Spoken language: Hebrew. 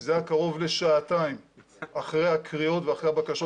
זה היה קרוב לשעתיים אחרי הקריאות ואחרי הבקשות